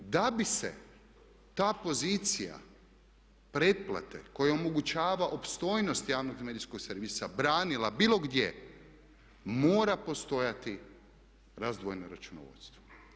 Da bi se ta pozicija pretplate koja omogućava opstojnost javnog i medijskog servisa branila bilo gdje mora postojati razdvojeno računovodstvo.